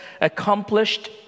accomplished